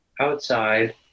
outside